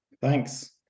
Thanks